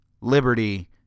liberty